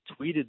tweeted